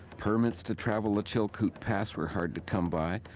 permits to travel the chilkoot pass were hard to come by.